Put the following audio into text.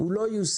הוא לא יושג,